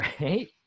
right